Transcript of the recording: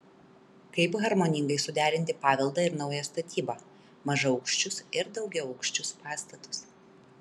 kaip harmoningai suderinti paveldą ir naują statybą mažaaukščius ir daugiaaukščius pastatus